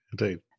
indeed